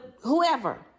whoever